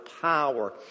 power